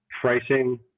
pricing